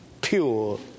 pure